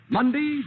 Monday